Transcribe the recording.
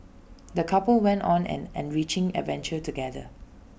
the couple went on an enriching adventure together